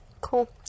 cool